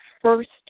first